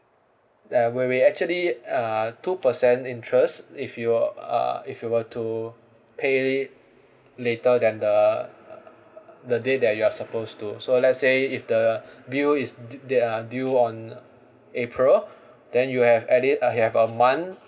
uh we we actually uh two percent interest if you uh if you were to pay later than the uh the day that you are suppose to so let's say if the bill is du~ uh due on uh april then you have at it you have a month